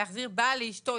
להחזיר בעל לאשתו,